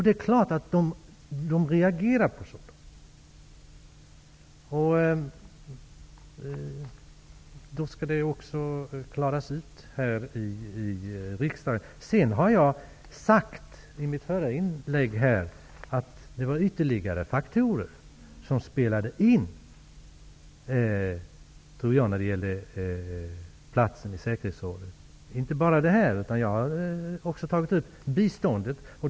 Det är klart att man reagerar på sådant. Då måste det även klaras ut här i riksdagen. I mitt förra inlägg sade jag att det var ytterligare faktorer som spelade in när det gällde platsen i säkerhetsrådet. Det var inte bara detta, utan även biståndet.